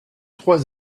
trois